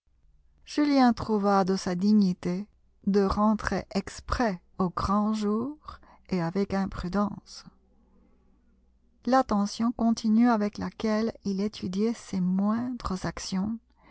julien trouva de sa dignité de rentrer exprès au grand jour et avec imprudence l'attention continue avec laquelle il étudiait ses moindres actions